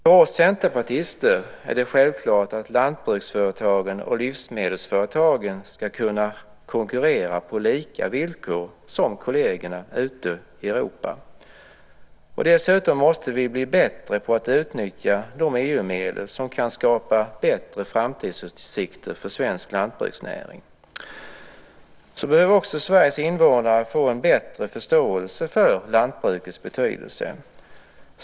För oss centerpartister är det självklart att lantbruksföretagen och livsmedelsföretagen ska kunna konkurrera på samma villkor som sina kolleger ute i Europa. Dessutom måste vi bli bättre på att utnyttja de EU-medel som kan skapa bättre framtidsutsikter för svensk lantbruksnäring. Så behöver också Sveriges invånare få en bättre förståelse för lantbrukets betydelse.